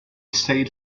stayed